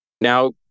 Now